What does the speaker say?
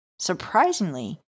Surprisingly